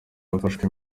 yafashwe